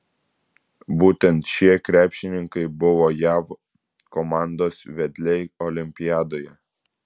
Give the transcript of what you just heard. būtent šie krepšininkai buvo jav komandos vedliai olimpiadoje